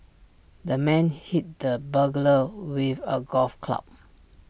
the man hit the burglar with A golf club